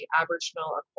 Aboriginal